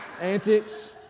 Antics